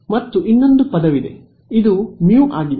ಮತ್ತು ಇನ್ನೊಂದು ಪದವಿದೆ ಇದು ಮ್ಯೂ ಆಗಿದೆ